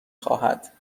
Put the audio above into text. خواهد